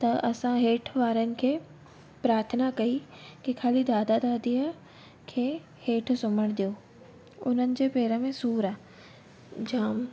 त असां हेठि वारनि खे प्रार्थना कई कि खाली दादा दादीअ खे हेठि सुम्हणु ॾियो हुननि जे पेर में सूर आहे जाम